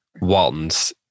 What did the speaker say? Walton's